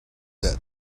that